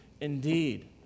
indeed